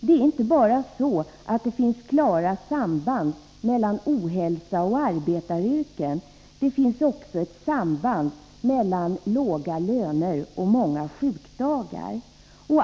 Det är inte bara så att det finns klara samband mellan ohälsa och arbetaryrken, det finns också ett samband mellan låga löner och många sjukdagar.